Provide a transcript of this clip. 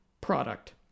product